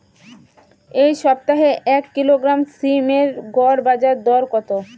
এই সপ্তাহে এক কিলোগ্রাম সীম এর গড় বাজার দর কত?